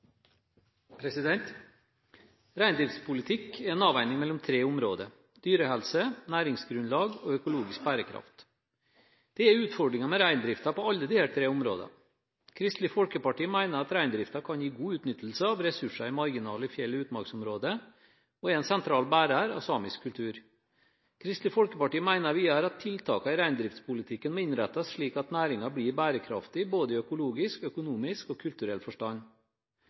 økologisk bærekraft. Det er utfordringer med reindriften på alle disse tre områdene. Kristelig Folkeparti mener at reindriften kan gi god utnyttelse av ressurser i marginale fjell- og utmarksområder, og at reindriften er en sentral bærer av samisk kultur. Kristelig Folkeparti mener videre at tiltakene i reindriftspolitikken må innrettes slik at næringen blir bærekraftig både i økologisk, økonomisk og kulturell forstand.